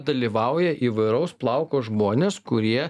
dalyvauja įvairaus plauko žmonės kurie